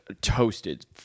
toasted